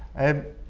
and,